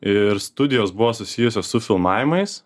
ir studijos buvo susijusios su filmavimais